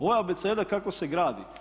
Ovo je abeceda kako se gradi.